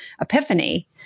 epiphany